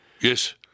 Yes